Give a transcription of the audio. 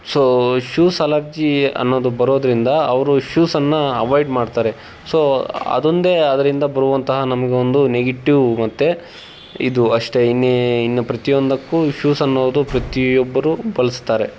so shoes allergy ಅನ್ನೋದು ಬರೋದರಿಂದ ಅವರು ಶೂಸನ್ನು ಅವಾಯ್ಡ್ ಮಾಡ್ತಾರೆ ಸೋ ಅದೊಂದೆ ಅದರಿಂದ ಬರುವಂತಹ ನಮಗೆ ಒಂದು ನೆಗೆಟಿವ್ ಮತ್ತೆ ಇದು ಅಷ್ಟೇ ಇನ್ನು ಇನ್ನು ಪ್ರತಿಯೊಂದಕ್ಕು ಶೂಸ್ ಅನ್ನೋದು ಪ್ರತಿಯೊಬ್ಬರು ಬಳಸ್ತಾರೆ